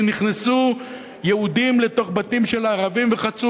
נכנסו יהודים לתוך בתים של ערבים וחצו